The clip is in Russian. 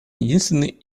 единственный